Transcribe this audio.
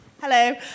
Hello